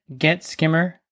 getskimmer